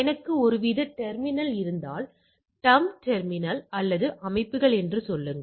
எனக்கு ஒருவித டெர்மினல் இருந்தால் டம் டெர்மினல் அல்லது அமைப்புகள் என்று சொல்லுங்கள்